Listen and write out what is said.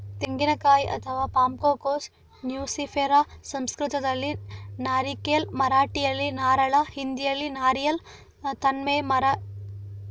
ತೆಂಗಿನಕಾಯಿ ಅಥವಾ ಪಾಮ್ಕೋಕೋಸ್ ನ್ಯೂಸಿಫೆರಾ ಸಂಸ್ಕೃತದಲ್ಲಿ ನಾರಿಕೇಲ್, ಮರಾಠಿಯಲ್ಲಿ ನಾರಳ, ಹಿಂದಿಯಲ್ಲಿ ನಾರಿಯಲ್ ತೆನ್ನೈ ಮರ